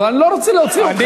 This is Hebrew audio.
אבל אני לא רוצה להוציא אותך.